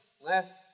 last